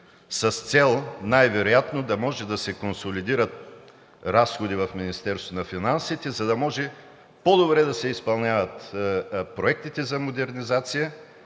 с цел най-вероятно да може да се консолидират разходите в Министерството на финансите, за да може по-добре да се изпълняват проектите за модернизация,